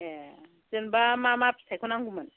ए जेनेबा मा मा फिथायखौ नांगौमोन